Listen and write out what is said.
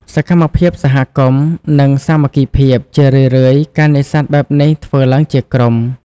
សកម្មភាពសហគមន៍ និងសាមគ្គីភាព ជារឿយៗ ការនេសាទបែបនេះធ្វើឡើងជាក្រុម។